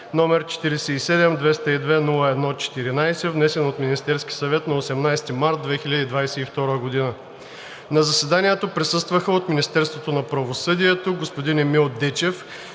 № 47-202-01-14, внесен от Министерския съвет на 18 март 2022 г. На заседанието присъстваха: от Министерството на правосъдието господин Емил Дечев